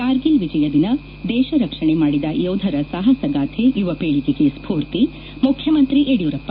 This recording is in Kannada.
ಕಾರ್ಗಿಲ್ ವಿಜಯ ದಿನ ದೇಶ ರಕ್ಷಣೆ ಮಾಡಿದ ಯೋಧರ ಸಾಹಸಗಾಥೆ ಯುವ ಪೀಳಿಗೆಗೆ ಸ್ಫೊರ್ತಿ ಮುಖ್ಯಮಂತ್ರಿ ಯಡಿಯೂರಪ್ಪ